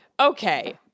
Okay